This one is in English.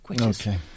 Okay